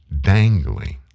dangling